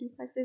duplexes